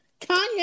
Kanye